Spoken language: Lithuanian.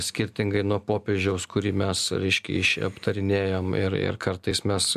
skirtingai nuo popiežiaus kurį mes reiškia iš aptarinėjom ir ir kartais mes